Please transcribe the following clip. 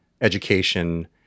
education